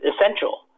essential